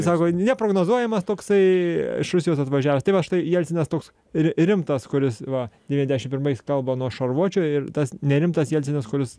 sako neprognozuojamas toksai iš rusijos atvažiavęs tai va štai jelcinas toks ri rimtas kuris va devyniasdešimt pirmais kalba nuo šarvuočio ir tas nerimtas jelcinas kuris